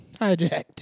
hijacked